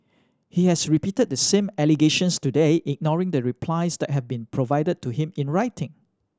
he has repeated the same allegations today ignoring the replies that have been provided to him in writing